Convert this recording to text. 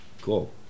Cool